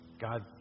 God